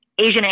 Asian